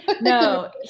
no